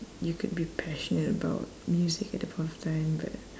you could be passionate about music at that point of time but